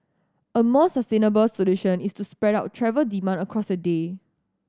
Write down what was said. a more sustainable solution is to spread out travel demand across the day